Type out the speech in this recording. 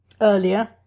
earlier